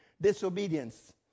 Disobedience